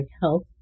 Health